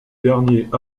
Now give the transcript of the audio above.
derniers